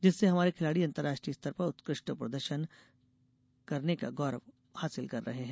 जिससे हमारे खिलाड़ी अंतर्राष्ट्रीय स्तर पर उत्कृष्ट प्रदर्शन कर प्रदेश का गौरव बढ़ा रहे हैं